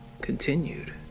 continued